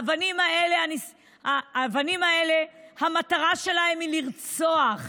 האבנים האלה, המטרה שלהן היא לרצוח.